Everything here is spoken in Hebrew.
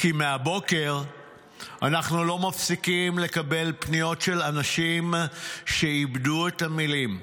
'כי מהבוקר אנחנו לא מפסיקים לקבל פניות של אנשים שאיבדו את המילים.